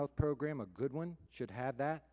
health program a good one should have that